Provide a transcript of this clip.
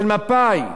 של מפא"י,